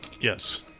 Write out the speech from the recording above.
yes